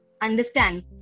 understand